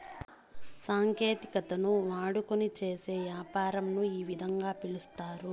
సాంకేతికతను వాడుకొని చేసే యాపారంను ఈ విధంగా పిలుస్తారు